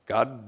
God